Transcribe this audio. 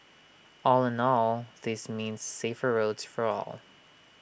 all in all this means safer roads for all